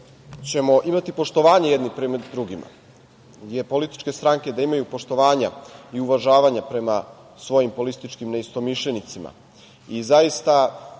ćemo imati poštovanje jedni prema drugima, političke stranke da imaju poštovanja i uvažavanja prema svojim političkim neistomišljenicima